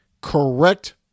correct